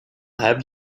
have